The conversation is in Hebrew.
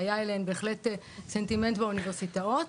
והיה אליהן בהחלט סנטימנט באוניברסיטאות.